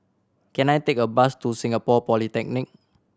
can I take a bus to Singapore Polytechnic